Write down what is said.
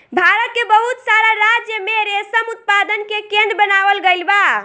भारत के बहुत सारा राज्य में रेशम उत्पादन के केंद्र बनावल गईल बा